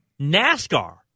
NASCAR